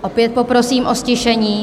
Opět poprosím o ztišení.